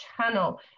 channel